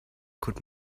could